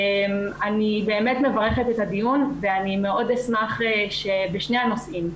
אני באמת מברכת על הדיון ואשמח שבשני הנושאים,